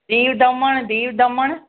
Diu Daman Diu Daman